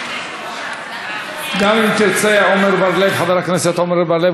חבר הכנסת עמר בר-לב,